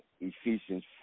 Ephesians